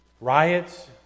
Riots